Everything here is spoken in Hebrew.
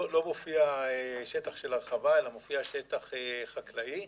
לא מופיע שטח של הרחבה אלא מופיע שטח חקלאי,